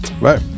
Right